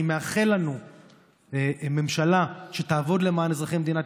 אני מאחל לנו ממשלה שתעבוד למען אזרחי מדינת